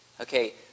Okay